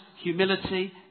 humility